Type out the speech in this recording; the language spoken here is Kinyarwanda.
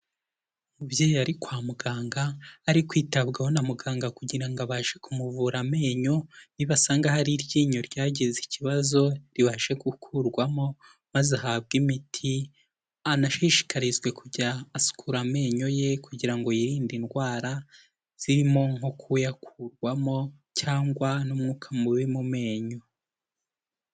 Umubyeyi yari kwa muganga, ari kwitabwaho na muganga kugira ngo abashe kumuvura amenyo, nibasanga hari iryinyo ryagize ikibazo ribashe gukurwamo, maze ahabwe imiti anashishikarizwe kujya asukura amenyo ye, kugira ngo yirinde indwara zirimo nko kuyakurwamo cyangwa n'umwuka mubi mu menyo,